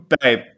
Babe